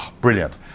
brilliant